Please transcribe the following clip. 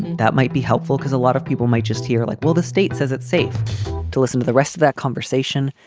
that might be helpful because a lot of people might just hear like, well, the state says it's safe to listen to the rest of that conversation.